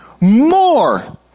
more